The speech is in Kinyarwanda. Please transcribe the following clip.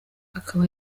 akaba